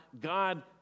God